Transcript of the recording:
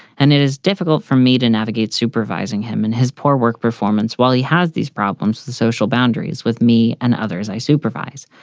and it is difficult for me to navigate supervising him and his poor work performance while he has these problems. the social boundaries with me and others i supervise.